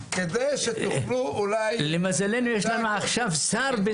התוכנית כדי שתוכלו אולי --- למזלנו יש לנו עכשיו שר.